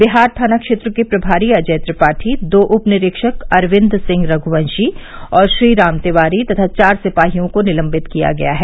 बिहार थाना क्षेत्र के प्रमारी अजय त्रिपाठी दो उपनिरीक्षक अरविन्द सिंह रघुवंशी और श्रीराम तिवारी तथा चार सिपाहियों को निलम्बित किया गया है